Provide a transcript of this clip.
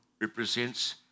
represents